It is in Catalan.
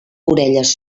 orelles